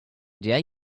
dare